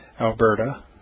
Alberta